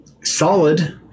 solid